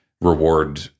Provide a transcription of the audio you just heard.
reward